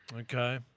Okay